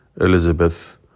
Elizabeth